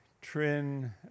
Trin